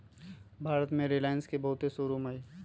भारत में रिलाएंस के बहुते शोरूम हई